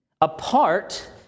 apart